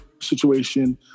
situation